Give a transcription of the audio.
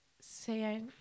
say